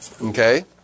Okay